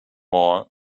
more